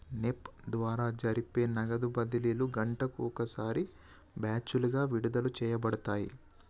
NEFT ద్వారా జరిపే నగదు బదిలీలు గంటకు ఒకసారి బ్యాచులుగా విడుదల చేయబడతాయి